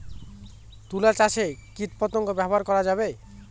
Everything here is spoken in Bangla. তুলা চাষে কীটপতঙ্গ ব্যবহার করা যাবে?